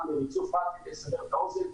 רק לסבר את האוזן,